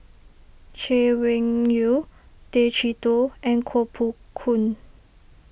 Chay Weng Yew Tay Chee Toh and Koh Poh Koon